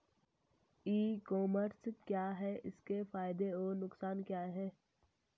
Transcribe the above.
ई commerce क्या है इसके फायदे और नुकसान क्या है?